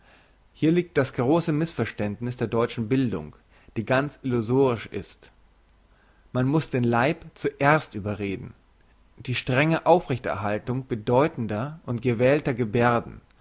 hier liegt das grosse missverständniss der deutschen bildung die ganz illusorisch ist man muss den leib zuerst überreden die strenge aufrechterhaltung bedeutender und gewählter gebärden